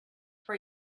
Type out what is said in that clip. for